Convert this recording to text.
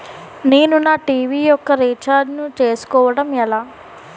నేను నా టీ.వీ యెక్క రీఛార్జ్ ను చేసుకోవడం ఎలా?